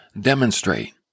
demonstrate